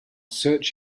search